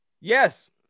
Yes